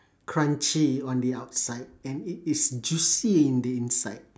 crunchy on the outside and it is juicy in the inside